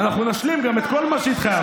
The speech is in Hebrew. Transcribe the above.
ואנחנו נשלים גם את כל מה שהתחייבנו.